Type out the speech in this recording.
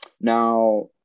Now